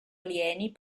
alieni